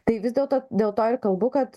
tai vis dėlto dėl to ir kalbu kad